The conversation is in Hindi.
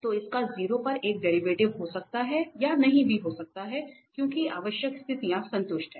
तोइसका 0 पर एक डेरिवेटिव हो सकता है या नहीं भी हो सकता है क्योंकि आवश्यक स्थितियां संतुष्ट हैं